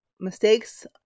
mistakes